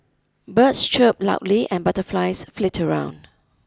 birds chirp loudly and butterflies flit around